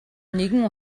нэгэн